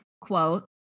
quote